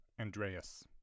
Andreas